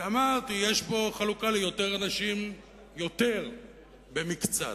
כי אמרתי שיש בו חלוקה ליותר אנשים, יותר, במקצת.